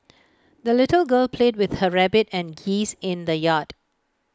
the little girl played with her rabbit and geese in the yard